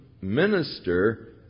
minister